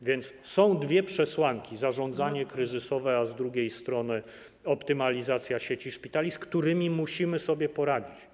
A więc są dwie przesłanki: zarządzanie kryzysowe, a z drugiej strony optymalizacja sieci szpitali, z którymi musimy sobie poradzić.